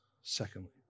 secondly